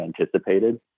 anticipated